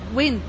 win